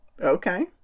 Okay